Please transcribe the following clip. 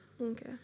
Okay